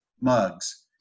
mugs